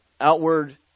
outward